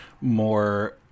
more